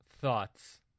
Thoughts